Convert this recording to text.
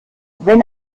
wenn